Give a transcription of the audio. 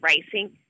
racing